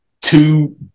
two